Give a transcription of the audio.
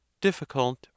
Difficult